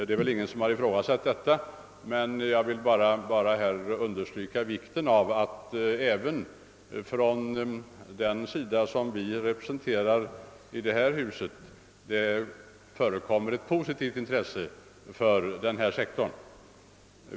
Det är väl ingen som ifrågasatt något sådant, men jag vill bara understryka vikten av att det även på riksdagshåll förekommer ett positivt intresse för denna sektor.